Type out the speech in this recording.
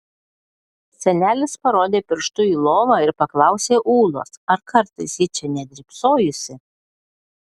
senelis parodė pirštu į lovą ir paklausė ūlos ar kartais ji čia nedrybsojusi